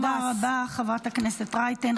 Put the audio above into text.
תודה רבה, חברת הכנסת רייטן.